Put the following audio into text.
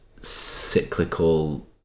cyclical